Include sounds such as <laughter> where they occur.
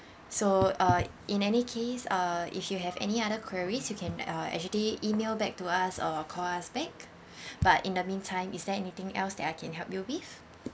so uh in any case uh if you have any other queries you can uh actually email back to us or call us back <breath> but in the meantime is there anything else that I can help you with